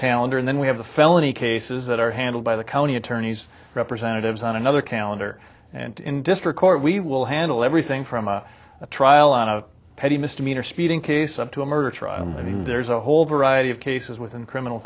calendar and then we have the felony cases that are handled by the county attorney's representatives on another calendar and in district court we will handle everything from a trial on a petty misdemeanor speeding case up to a murder trial i mean there's a whole variety of cases within criminal